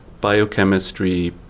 biochemistry